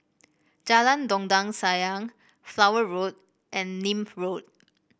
Jalan Dondang Sayang Flower Road and Nim Road